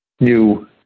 new